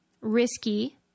risky